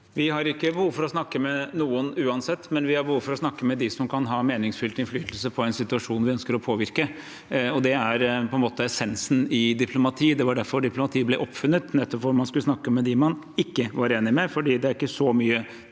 Vi har ikke behov for å snakke med noen uansett, men vi har behov for å snakke med dem som kan ha meningsfylt innflytelse på en situasjon vi ønsker å påvirke. Det er på en måte essensen i diplomati. Det var derfor diplomati ble oppfunnet, nettopp for at man skulle snakke med dem man ikke var enig med, for man trenger ikke å